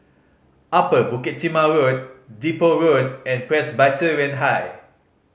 Upper Bukit Timah Road Depot Road and Presbyterian High